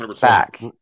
back